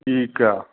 ਠੀਕ ਆ